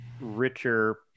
richer